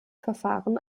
verfahren